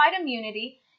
immunity